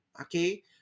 okay